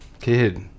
Kid